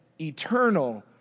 eternal